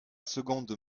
seconde